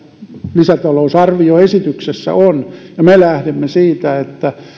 lisätalousarvioesityksessä on me lähdemme siitä että